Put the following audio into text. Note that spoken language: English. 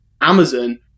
Amazon